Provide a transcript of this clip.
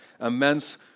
immense